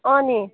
अनि